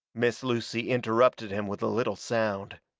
miss lucy interrupted him with a little sound.